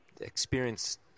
experience